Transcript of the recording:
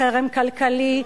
לחרם כלכלי,